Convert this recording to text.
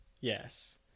yes